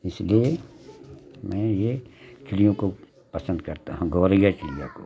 इसलिए मैं यह चिड़ियों को पसन्द करता हूँ गौरैया चिड़िया को